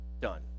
Done